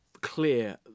clear